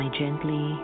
gently